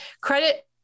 Credit